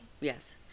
Yes